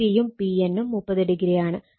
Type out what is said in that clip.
bc യും bn നും 30o ആണ്